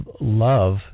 love